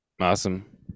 Awesome